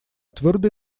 твердой